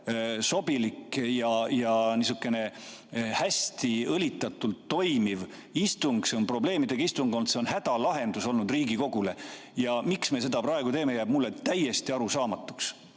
olnud] niisugune hästi, õlitatult toimuv istung. [See] on probleemidega istung olnud, see on hädalahendus olnud Riigikogule. Miks me seda praegu teeme, jääb mulle täiesti arusaamatuks.